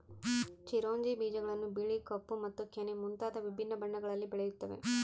ಚಿರೊಂಜಿ ಬೀಜಗಳನ್ನು ಬಿಳಿ ಕಪ್ಪು ಮತ್ತು ಕೆನೆ ಮುಂತಾದ ವಿಭಿನ್ನ ಬಣ್ಣಗಳಲ್ಲಿ ಬೆಳೆಯುತ್ತವೆ